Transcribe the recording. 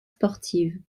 sportive